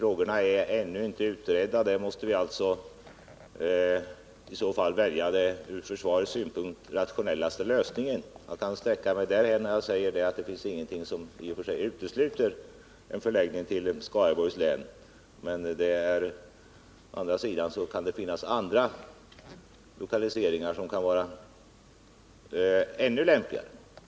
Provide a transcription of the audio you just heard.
Frågorna är ännu inte utredda. Vi måste i så fall välja den ur försvarets synpunkt rationellaste lösningen. Jag kan sträcka mig därhän att jag säger att det finns ingenting som i och för sig utesluter en förläggning till Skaraborgs län. Men å andra sidan kan det finnas andra lokaliseringsorter som kan vara ännu lämpligare.